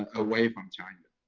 away from china.